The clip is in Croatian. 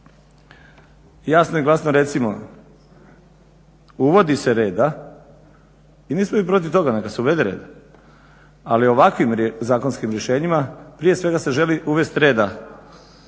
Jasno i glasno recimo, uvodi se reda i nismo mi protiv toga, neka se uvede reda, ali ovakvim zakonskim rješenjima prije svega se želi uvest reda,